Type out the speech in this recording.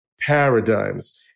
paradigms